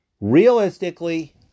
Realistically